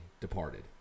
departed